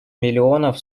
миллионов